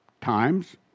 times